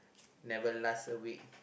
never last a week